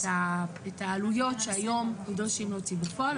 העלויות שהיום נדרשים להוציא בפועל.